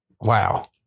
wow